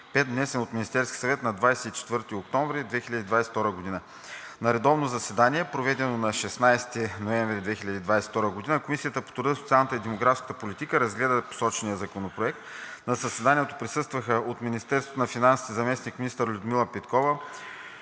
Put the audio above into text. внесен от Министерския съвет на 24 октомври 2022 г. На редовно заседание, проведено на 16 ноември 2022 г., Комисията по труда, социалната и демографската политика разгледа посочения законопроект. На заседанието присъстваха: от Министерството на финансите – заместник-министър Людмила Петкова,